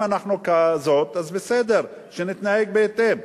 אם אנחנו כזאת, אז בסדר, שנתנהג בהתאם.